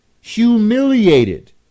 Humiliated